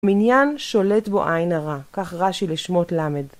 מניין שולט בו עין הרע, כך רש"י לשמות ל'.